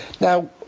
Now